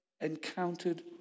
encountered